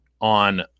on